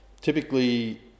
Typically